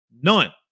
None